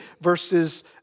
verses